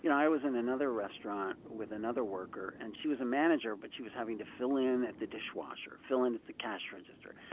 i was in another restaurant with another worker, and she was a manager, but she was having to fill in at the dishwasher, fill in at the cash register,